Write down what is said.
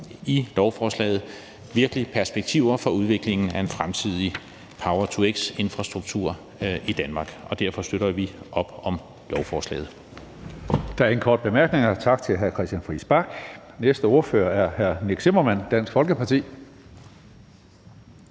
i lovforslaget virkelig perspektiver for udvikling af en fremtidig power-to-x-infrastruktur i Danmark, og derfor støtter vi op om lovforslaget.